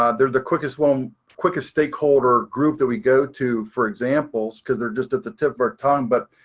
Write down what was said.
um they're the quickest, um quickest stakeholder group that we go to for examples because they're just at the tip of our tongue. but